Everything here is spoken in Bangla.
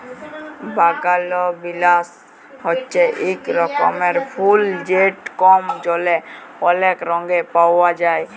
বাগালবিলাস হছে ইক রকমের ফুল যেট কম জলে অলেক রঙে পাউয়া যায়